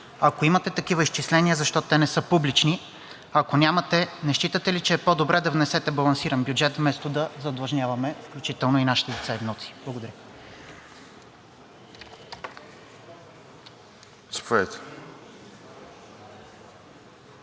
Ако имате такива изчисления, защо те не са публични? Ако нямате, не считате ли, че е по-добре да внесете балансиран бюджет, вместо да задлъжняваме, включително и нашите деца и внуци? Благодаря.